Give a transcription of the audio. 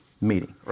meeting